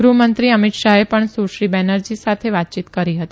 ગૃહમંત્રી અમીત શાહે પણ સુશ્રી બેનરજી સાથે વાતચીત કરી હતી